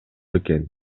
экен